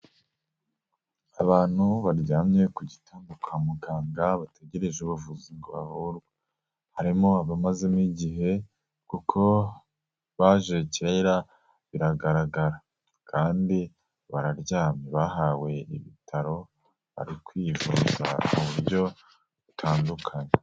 Abantu baryamye ku gitada kwa muganga bategereje umuvuzi ngo bavurwe, harimo abamazemo igihe kuko baje kera biragaragara kandi bararyamye, bahawe ibitaro bari kwivuza mu buryo butandukanye.